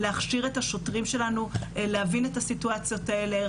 להכשיר את השוטרים שלנו להבין את הסיטואציות האלה.